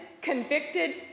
convicted